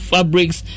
Fabrics